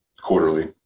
quarterly